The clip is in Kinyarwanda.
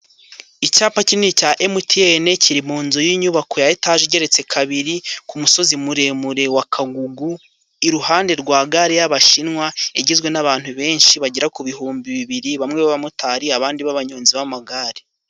Icyapa kinini cya emutiyeni kiri mu inzu y'inyubako ya etaje, igereretse kabiri k'umusozi muremure wa Kagugu iruhande rwa gare y'abashinwa. Igizwe n'abantu benshi bagera ku bihumbi bibiri, bamwe ni abamotari abandi b'abanyonzi b'amagare.